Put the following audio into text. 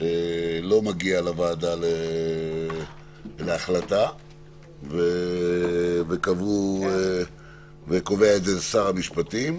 לא מגיעים לוועדה להחלטה וקובע את זה שר המשפטים,